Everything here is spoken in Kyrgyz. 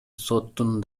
соттун